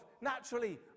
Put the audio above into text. naturally